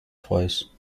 twice